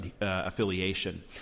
affiliation